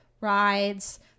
rides